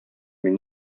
мин